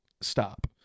stop